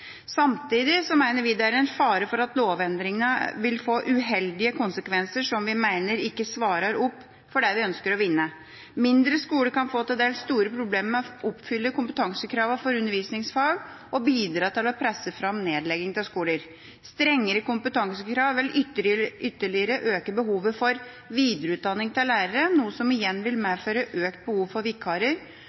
Samtidig mener vi det er en fare for at lovendringene vil få uheldige konsekvenser, som vi mener ikke er svaret på det vi ønsker å vinne. Mindre skoler kan få til dels store problemer med å oppfylle kompetansekravene for undervisningsfag og bidra til å presse fram nedlegging av skoler. Strengere kompetansekrav vil øke behovet for videreutdanning av lærere ytterligere, noe som igjen vil medføre økt behov for vikarer,